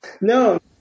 no